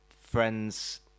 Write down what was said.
friends